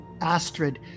Astrid